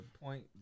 point